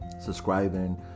subscribing